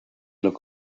look